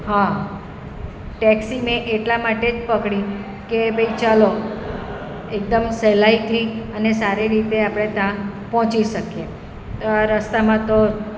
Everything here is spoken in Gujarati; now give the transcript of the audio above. હા ટેક્સી મેં એટલા માટે જ પકડી કે ભાઈ ચાલો એકદમ સહેલાઈથી અને સારી રીતે આપણે ત્યાં પહોંચી શકીએ રસ્તામાં તો